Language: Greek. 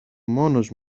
μόνος